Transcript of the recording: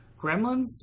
Gremlins